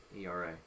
ERA